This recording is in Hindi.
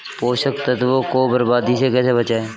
पोषक तत्वों को बर्बादी से कैसे बचाएं?